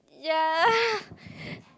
ya